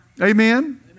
Amen